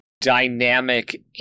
dynamic